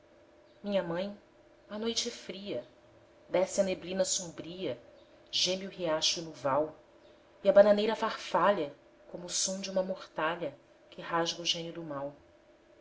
minha mãe a noite é fria desce a neblina sombria geme o riacho no val e a bananeira farfalha como o som de uma mortalha que rasga o gênio do mal